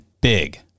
big